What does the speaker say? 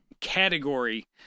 category